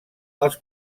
els